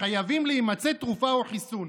חייבים להימצא תרופה או חיסון.